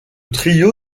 trio